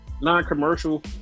non-commercial